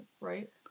right